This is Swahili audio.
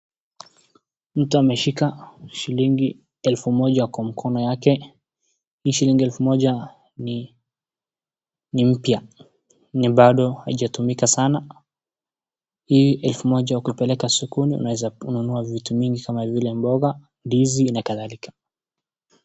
Mtu ameshika shilingi elfu moja kwa mkono yake. Hii shilingi elfu moja ni mpya. Ni bado haijatumika sana. Hii elfu moja ukipeleka sokoni unaweza nunua vitu mingi kama vile mboga, ndizi na kadhalika.